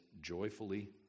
joyfully